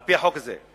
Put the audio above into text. על-פי חוק זה,